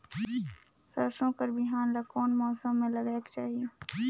सरसो कर बिहान ला कोन मौसम मे लगायेक चाही?